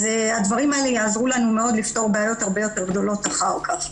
אז הדברים האלה יעזרו לנו מאוד לפתור בעיות הרבה יותר גדולות אחר כך.